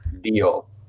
deal